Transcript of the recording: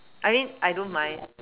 I mean I don't mind